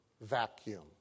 vacuum